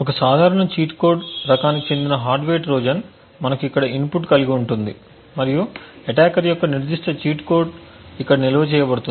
ఒక సాధారణ cheat code రకానికి చెందిన హార్డ్వేర్ ట్రోజన్ మనకు ఇక్కడ ఇన్పుట్ కలిగి ఉంటుంది మరియు అటాకర్ యొక్క నిర్దిష్ట చీట్ కోడ్ ఇక్కడ నిల్వ చేయబడుతుంది